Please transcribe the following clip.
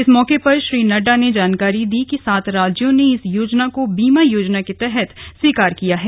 इस मौके पर श्री नड्डा ने जानकारी दी कि सात राज्यों ने इस योजना को बीमा योजना के तहत स्वीकार किया है